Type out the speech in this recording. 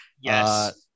Yes